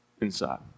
Inside